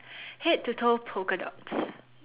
head to toe polka dots